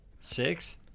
Six